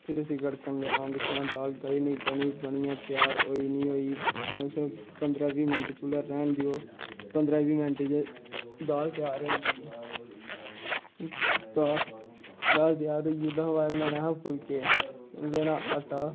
फिर उस्सी गड़कन देना दिक्खनां दाल गली नेईं गली बनियै त्यार होई निं होई कम से कम पंदरां बीह् मैंट चुल्हा रैह्न देओ पंदरां बीह् मैंट च दाल त्यार होई जंदी तां दाल त्यार होई तां ओह्दे बाद बनाने असें फुलके लैना आटा